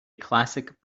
classic